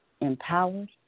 empowered